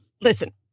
listen